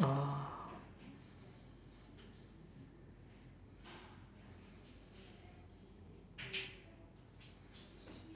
ah